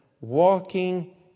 walking